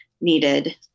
needed